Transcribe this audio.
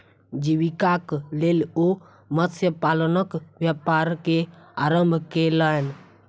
जीवीकाक लेल ओ मत्स्य पालनक व्यापार के आरम्भ केलैन